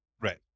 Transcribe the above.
right